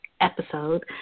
episode